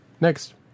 next